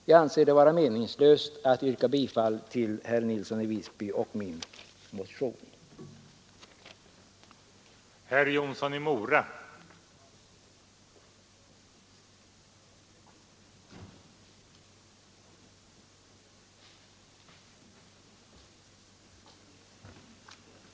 Jag anser det vara meningslöst att yrka bifall till herr Nilssons i Visby och min motion.